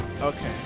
okay